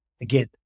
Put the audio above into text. again